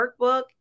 workbook